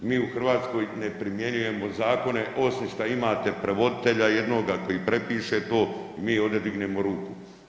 Mi u Hrvatskoj ne primjenjujemo zakone osim šta imate prevoditelja jednoga koji prepiše to i mi ovdje dignemo ruku.